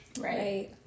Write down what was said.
Right